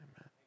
Amen